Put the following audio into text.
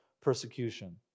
persecution